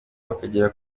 bakagera